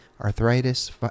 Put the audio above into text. arthritis